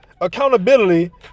Accountability